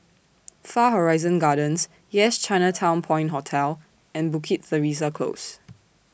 Far Horizon Gardens Yes Chinatown Point Hotel and Bukit Teresa Close